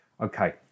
Okay